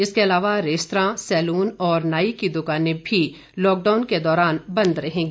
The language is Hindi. इसके अतिरिक्त रेस्त्रां सेलून और नाई की दुकानें भी लॉकडाउन के दौरान बंद रहेंगी